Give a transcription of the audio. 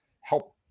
help